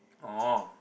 orh